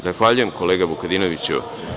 Zahvaljujem, kolega Vukadinoviću.